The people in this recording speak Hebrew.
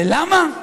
ולמה?